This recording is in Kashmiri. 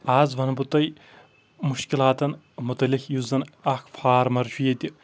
آز وَنہٕ بہٕ تۄہہِ مُشکِلاتَن متعلق یُس زَن اَکھ فارمَر چھُ ییٚتہِ